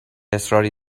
اصراری